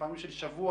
לפעמים של שבוע.